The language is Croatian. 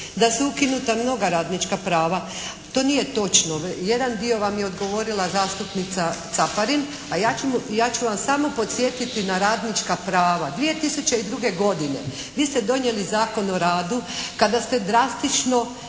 da su ukinuta mnoga radnička prava. To nije točno. Jedan dio vam je govorila zastupnica Caparin, a ja ću vam samo podsjetiti na radnička prava. 2002. godine vi ste donijeli Zakon o radu kada ste drastično